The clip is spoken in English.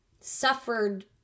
suffered